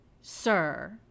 sir